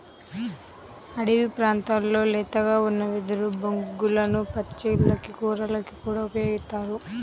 అడివి ప్రాంతాల్లో లేతగా ఉన్న వెదురు బొంగులను పచ్చళ్ళకి, కూరలకి కూడా ఉపయోగిత్తారు